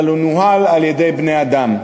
אבל הוא נוהל על-ידי בני-אדם.